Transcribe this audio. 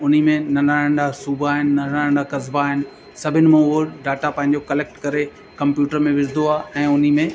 उनमें नंढा नंढा सूबा आहिनि नंढा नंढा कसबा आहिनि सभिनि में उहो डाटा पंहिंजो कलैक्ट करे कंप्यूटर में विझंदो आहे ऐं उनमें